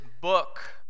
book